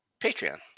Patreon